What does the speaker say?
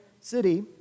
city